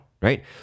Right